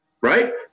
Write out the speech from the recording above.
right